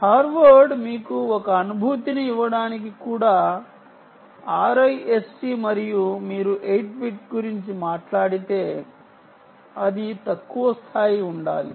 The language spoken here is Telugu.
హార్వర్డ్ మీకు ఒక అనుభూతిని ఇవ్వడానికి కూడా RISC మరియు మీరు 8 బిట్ గురించి మాట్లాడితే అది తక్కువ స్థాయి ఉండాలి